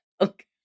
Okay